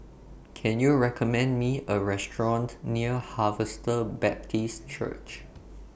Can YOU recommend Me A Restaurant near Harvester Baptist Church